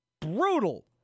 Brutal